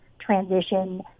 transition